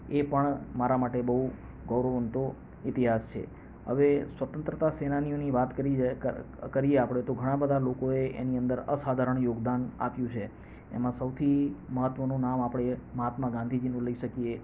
એ પણ મારા માટે બહુ ગૌરવવંતો ઇતિહાસ છે હવે સ્વતંત્રતા સેનાનીઓની વાત કરી ર કરીએ આપણે તો ઘણા બધા લોકોએ એની અંદર અસાધારણ યોગદાન આપ્યું છે એમાં સૌથી મહત્ત્વનું નામ આપણે મહાત્મા ગાંધીજીનું લઈ શકીએ